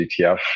ETF